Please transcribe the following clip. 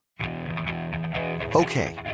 Okay